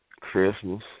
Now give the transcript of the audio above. Christmas